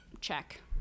check